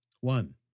One